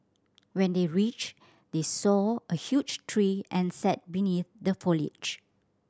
when they reached they saw a huge tree and sat beneath the foliage